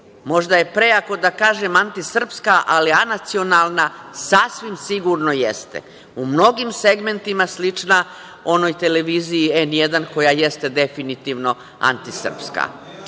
Možda je prejako da kažem antisrpska, ali anacionalna sa svim sigurno jeste, u mnogim segmentima slična onoj televiziji N1 koja jeste definitivno antisrpska.